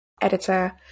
editor